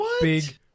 big